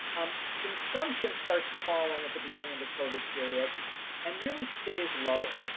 um consumption starts falling at the beginning of the covid period and really stays lower.